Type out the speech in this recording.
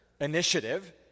initiative